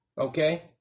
okay